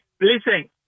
Listen